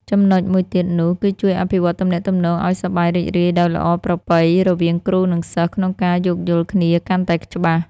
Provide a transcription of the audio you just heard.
ចំណុចមួយទៀតនោះ គឺជួយអភិវឌ្ឍទំនាក់ទំនងឱ្យសប្បាយរីករាយដោយល្អប្រពៃរវាងគ្រូនិងសិស្សក្នុងការយោគយល់គ្នាកាន់តែច្បាស់។